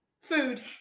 food